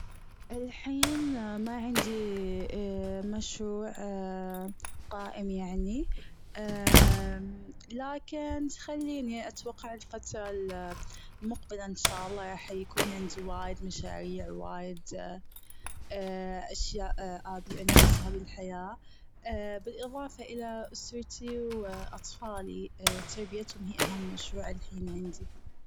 الحين ما عندي مشروع قائم يعني لكن خليني اتوقع الفترة المقبلة ان شاء الله حيكون عندي وايد مشاريع وايد أشياء ابي انجزها بالحياة <> بالإضافة إلى وأطفالي تربيتهم هي اهم مشروع الحين عندي.